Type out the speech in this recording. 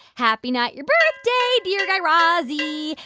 happy not-your-birthday dear guy razzie.